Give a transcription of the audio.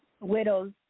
widows